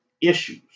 issues